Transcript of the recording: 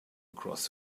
across